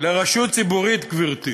לרשות ציבורית, גברתי.